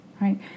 right